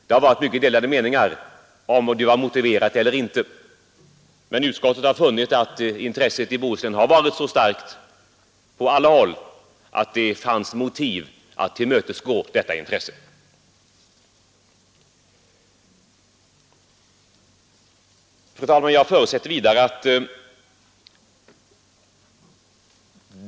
Det har varit mycket delade meningar om huruvida det var motiverat eller inte, men utskottet har funnit att intresset i Bohuslän har varit så starkt på alla håll att det fanns motiv för att tillmötesgå önskemålen. Fru talman!